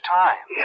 time